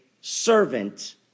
servant